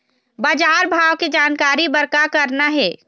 बजार भाव के जानकारी बर का करना हे?